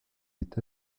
est